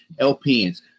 LPNs